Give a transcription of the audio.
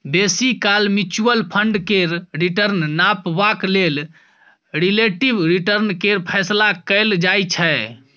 बेसी काल mutual fund केर रिटर्न नापबाक लेल रिलेटिब रिटर्न केर फैसला कएल जाइ छै